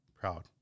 proud